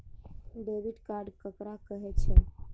Debit card ककरा कहै छै?